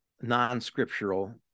non-scriptural